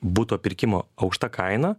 buto pirkimo aukšta kaina